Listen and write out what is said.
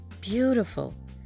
Beautiful